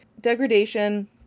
degradation